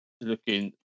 looking